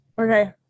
Okay